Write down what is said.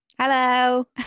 Hello